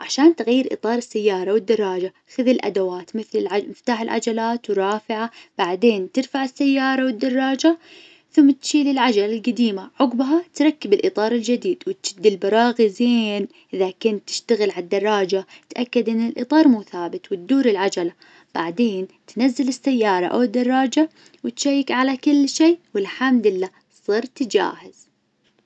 عشان تغير إطار السيارة والدراجة خذ الأدوات مثل العج - مفتاح العجلات ورافعة. بعدين ترفع السيارة والدراجة ثم تشيل العجل القديمة عقبها تركب الإطار الجديد وتشد البراغي زين. إذا كنت تشتغل على الدراجة تأكد إن الإطار مو ثابت وتدور العجلة. بعدين تنزل السيارة أو الدراجة وتشيك على كل شي، والحمد لله صرت جاهز.